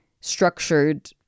structured